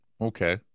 Okay